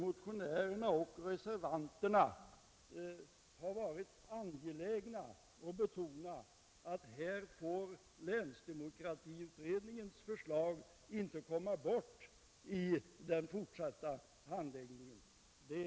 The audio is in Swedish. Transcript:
Motionärerna och reservanterna har varit angelägna om att betona att länsdemokratiutredningens förslag här inte får komma bort i den fortsatta handläggningen.